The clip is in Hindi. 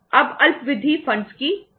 अब अल्प विधि फंडस की लागत